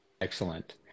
Excellent